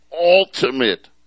ultimate